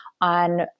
on